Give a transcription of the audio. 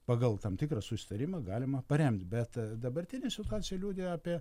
pagal tam tikrą susitarimą galima paremt bet dabartinė situacija liudija apie